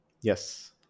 Yes